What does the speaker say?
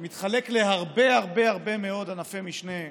מתחלק להרבה הרבה מאוד ענפי משנה,